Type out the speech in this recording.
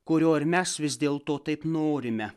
kurio ir mes vis dėl to taip norime